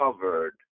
covered